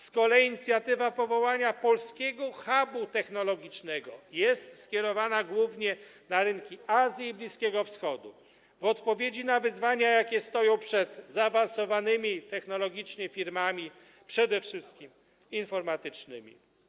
Z kolei inicjatywa powołania polskiego hubu technologicznego jest skierowana głównie na rynki Azji i Bliskiego Wschodu w odpowiedzi na wyzwania, jakie stoją przed zaawansowanymi technologicznie firmami, przede wszystkim informatycznymi.